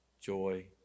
joy